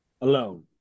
alone